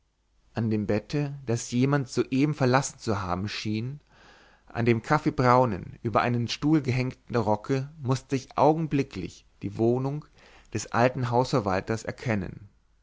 an dem bette das jemand soeben verlassen zu haben schien an dem kaffeebraunen über einen stuhl gehängten rocke mußte ich augenblicklich die wohnung des alten hausverwalters erkennen